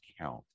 count